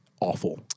awful